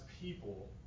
people